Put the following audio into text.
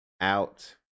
out